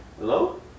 Hello